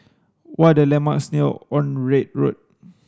what are the landmarks near Onraet Road